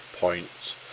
points